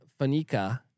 Fanica